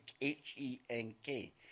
H-E-N-K